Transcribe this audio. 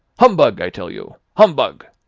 humbug, i tell you! humbug!